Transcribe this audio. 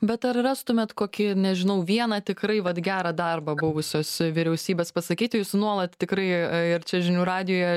bet ar rastumėt kokį nežinau vieną tikrai vat gerą darbą buvusios vyriausybės pasakyti jūs nuolat tikrai ir čia žinių radijuje